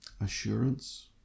Assurance